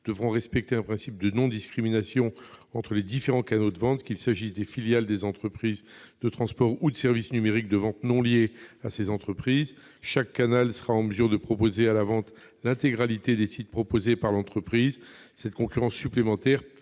devront respecter un principe de non-discrimination entre les différents canaux de vente, qu'il s'agisse de filiales des entreprises de transport ou de services numériques de vente non liés à ces entreprises. Chaque canal sera en mesure de proposer à la vente l'intégralité des titres commercialisés par l'entreprise. Cette concurrence supplémentaire